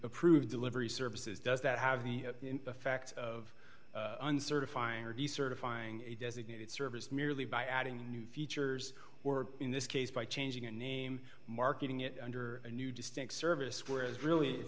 approved delivery services does that have the effect of uncertified decertifying a designated service merely by adding new features or in this case by changing a name marketing it under a new distinct service where it is really